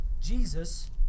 Jesus